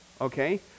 okay